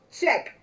check